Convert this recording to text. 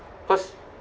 first